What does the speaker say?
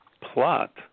plot